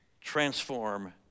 transform